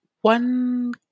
one